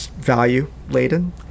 value-laden